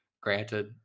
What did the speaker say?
Granted